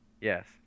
Yes